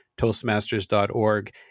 Toastmasters.org